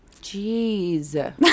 Jeez